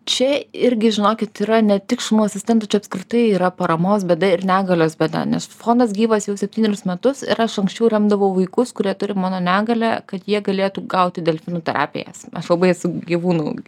čia irgi žinokit yra ne tik asistentų čia apskritai yra paramos bėda ir negalios bėda nes fondas gyvas jau septynerius metus ir aš anksčiau remdavau vaikus kurie turi mano negalią kad jie galėtų gauti delfinų terapijas aš labai esu gyvūnų